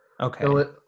Okay